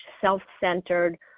self-centered